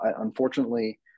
Unfortunately